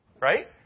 Right